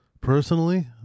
Personally